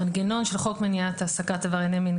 המנגנון של חוק מניעת העסקת עברייני מין,